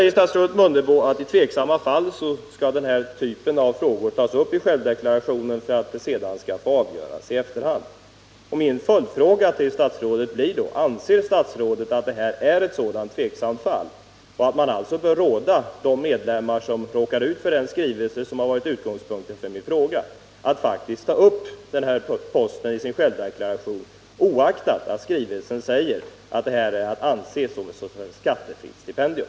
Statsrådet Mundebo säger att i tveksamma fall skall denna typ av frågor tas upp i självdeklarationen för att de sedan skall avgöras i efterhand. Min följdfråga till statsrådet blir då: Anser statsrådet att detta är ett sådant tveksamt fall, och att man alltså bör råda de medlemmar som råkar ut för den skrivelse som har varit utgångspunkten för min fråga att faktiskt ta upp denna post i sin självdeklaration, oaktat att skrivelsen säger att detta är att anse som ett s.k. skattefritt stipendium?